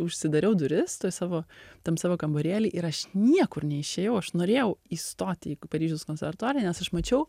užsidariau duris savo tam savo kambarėly ir aš niekur neišėjau aš norėjau įstot į paryžiaus konservatoriją nes aš mačiau